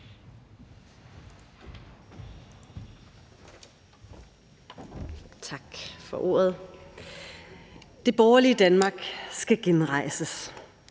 Tak for ordet. Det borgerlige Danmark skal genrejses.